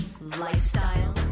lifestyle